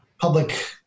public